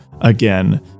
again